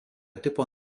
tipo